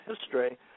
history